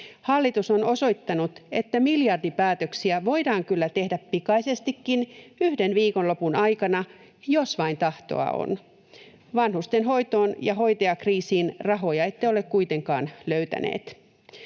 Hallitus on osoittanut, että miljardipäätöksiä voidaan kyllä tehdä pikaisestikin yhden viikonlopun aikana, jos vain tahtoa on. Vanhustenhoitoon ja hoitajakriisiin rahoja ette ole kuitenkaan löytäneet.